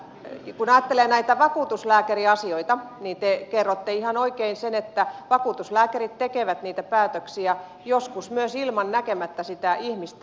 kun ajattelee näitä vakuutuslääkäriasioita niin te kerroitte ihan oikein sen että vakuutuslääkärit tekevät niitä päätöksiä joskus myös näkemättä sitä ihmistä